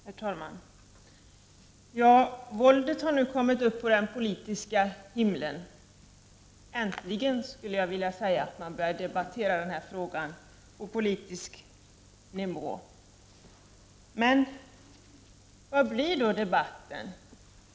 Herr talman! Våldet har nu kommit upp på den politiska himlen. Äntligen börjar man debattera denna fråga på politisk nivå. Men vad handlar då debatten om?